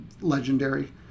legendary